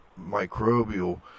microbial